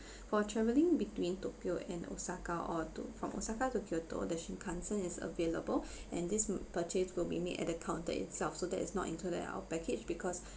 for traveling between tokyo and osaka or to from osaka to kyoto the shinkansen is available and this m~ purchase will be made at the counter itself so that is not included in our package because